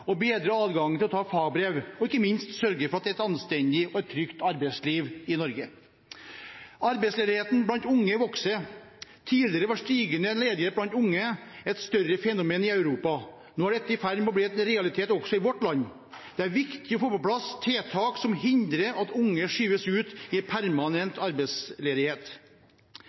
og bedre adgangen til å ta fagbrev og ikke minst sørge for et anstendig og trygt arbeidsliv i Norge. Arbeidsledigheten blant unge vokser. Tidligere var stigende ledighet blant unge et større fenomen i Europa. Nå er dette i ferd med å bli en realitet også i vårt land. Det er viktig å få på plass tiltak som hindrer at unge skyves ut i